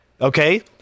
okay